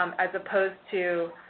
um as opposed to